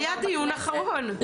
לא, היה דיון אחרון.